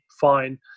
fine